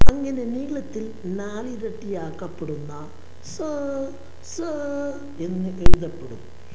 അങ്ങനെ നീളത്തിൽ നാലിരട്ടിയാക്കപ്പെടുന്ന സാ സാ എന്ന് എഴുതപ്പെടും